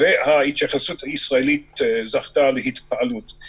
ההתייחסות הישראלית זכתה להתפעלות.